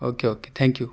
okay okay thank you